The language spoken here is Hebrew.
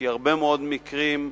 כי הרבה מאוד מקרים,